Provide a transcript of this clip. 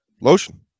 Lotion